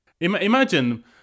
imagine